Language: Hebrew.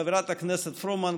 חברת הכנסת פרומן,